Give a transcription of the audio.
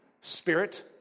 spirit